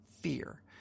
fear